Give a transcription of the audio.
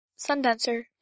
Sundancer